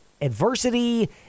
adversity